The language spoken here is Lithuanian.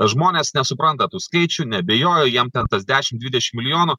žmonės nesupranta tų skaičių neabejoju jiem ten tas dešim dvidešim milijonų